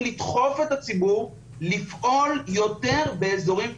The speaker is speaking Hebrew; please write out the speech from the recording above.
לדחוף את הציבור לפעול יותר באזורים פתוחים.